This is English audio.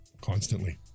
constantly